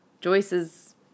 Joyce's